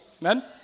Amen